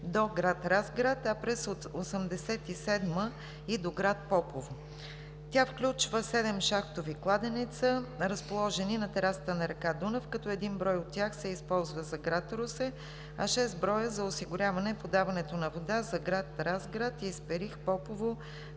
до град Разград, а през 1987 г. и до град Попово. Тя включва седем шахтови кладенеца, разположени на терасата на река Дунав, като един брой от тях се използва за град Русе, а шест броя – за осигуряване подаването на вода за градовете Разград, Исперих, Попово,